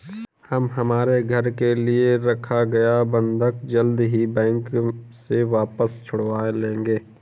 हम हमारे घर के लिए रखा गया बंधक जल्द ही बैंक से वापस छुड़वा लेंगे